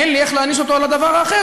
אין לי איך להעניש אותו על הדבר האחר,